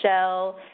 shell